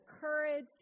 courage